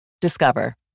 Discover